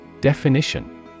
Definition